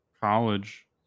college